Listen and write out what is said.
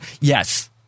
Yes